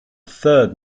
third